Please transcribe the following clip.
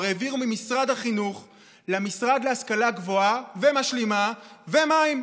העבירו ממשרד החינוך למשרד להשכלה גבוהה ומשלימה ומים,